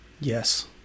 Yes